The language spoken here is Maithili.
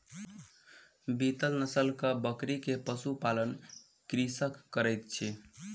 बीतल नस्लक बकरी के पशु पालन कृषक करैत अछि